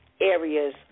areas